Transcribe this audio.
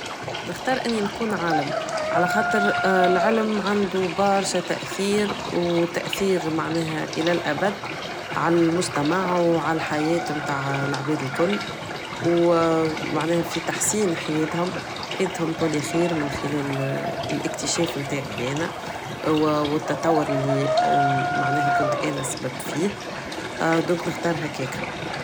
نختار اني نكون عالم على خاطر العلم عندو برشا تأثير و تأثير معناها الى الابد علمجتمع و علحياة متاع العباد الكل و معناها في تحسين حياتهم حياتهم تولي خير من خلال الاكتشاف متاعي انا و التطور اللي معناه كنت انا سبب فيه دونك نختار هكاك